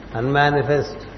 unmanifest